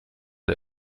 der